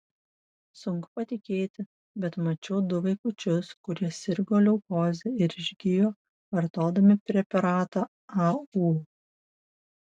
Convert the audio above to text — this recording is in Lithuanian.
sunku patikėti bet mačiau du vaikučius kurie sirgo leukoze ir išgijo vartodami preparatą au